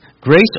Grace